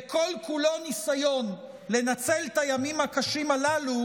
וכל-כולו ניסיון לנצל את הימים הקשים הללו